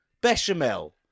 Bechamel